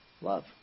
love